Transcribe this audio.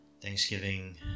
thanksgiving